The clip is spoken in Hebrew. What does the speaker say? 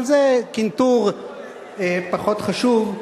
אבל זה קנטור פחות חשוב.